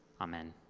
Amen